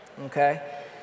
Okay